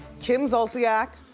kim zolciak,